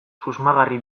susmagarri